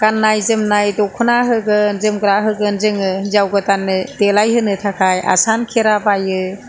गाननाय जोमनाय दख'ना होगोन जोमग्रा होगोन जोङो हिनजाव गोदाननो देलायहोनो थाखाय आसान खेरा बायो